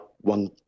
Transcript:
one